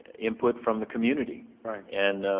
input from the community. right. and,